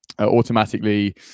automatically